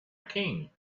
king